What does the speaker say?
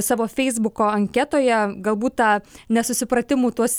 savo feisbuko anketoje galbūt tą nesusipratimų tuos